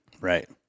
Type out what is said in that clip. Right